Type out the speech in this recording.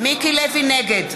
נגד